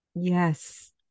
Yes